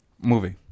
movie